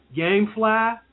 Gamefly